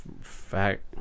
fact